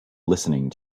listening